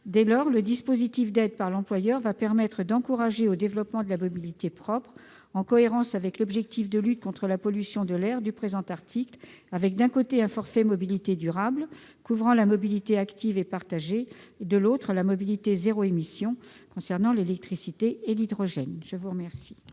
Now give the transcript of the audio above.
Dès lors, ce dispositif d'aide par l'employeur doit permettre d'encourager le développement de la mobilité propre, en cohérence avec l'objectif de lutte contre la pollution de l'air visé par le présent article, avec, d'un côté, un forfait mobilités durables couvrant la mobilité active et partagée et, de l'autre, la mobilité zéro émission concernant l'électricité et l'hydrogène. La parole